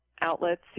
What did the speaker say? outlets